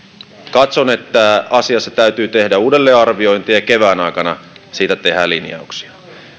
katson että asiassa täytyy tehdä uudelleenarviointia ja kevään aikana siitä tehdään linjauksia